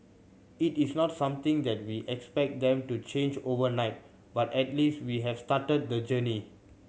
it is not something that we expect them to change overnight but at least we have started the journey